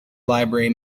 library